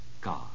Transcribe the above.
God